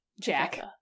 Jack